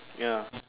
ya